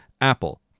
Apple